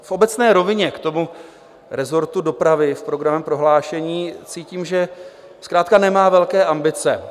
V obecné rovině k resortu dopravy v programovém prohlášení cítím, že zkrátka nemá velké ambice.